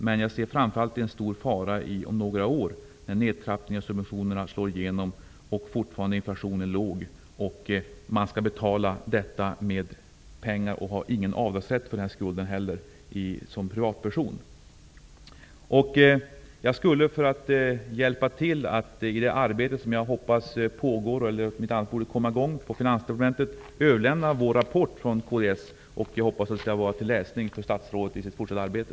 Men framför allt ser jag en stor fara när nedtrappningarna av subventionerna slår igenom om några år och inflationen fortfarande är låg och den här skulden skall betalas, om man som privatperson inte har någon avdragsrätt för den. För att hjälpa till i det arbete som jag hoppas pågår -- eller i alla fall borde komma i gång -- i Finansdepartementet skulle jag vilja överlämna vår rapport från kds. Jag hoppas att den skall vara till nytta i statsrådets fortsatta arbete.